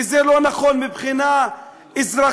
כי זה לא נכון מבחינה אזרחית,